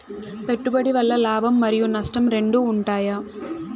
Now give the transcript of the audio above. పెట్టుబడి వల్ల లాభం మరియు నష్టం రెండు ఉంటాయా?